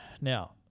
Now